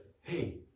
hey